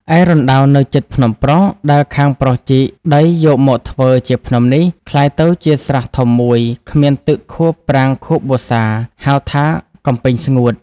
ឯរណ្ដៅនៅជិតភ្នំប្រុស ដែលខាងប្រុសជីកដីយកមកធ្វើជាភ្នំនេះ ក្លាយទៅជាស្រះធំ ១ គ្មានទឹកខួបប្រាំងខួបវស្សា ហៅថា កំពែងស្ងួត ។